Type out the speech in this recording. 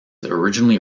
originally